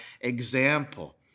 example